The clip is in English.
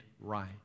right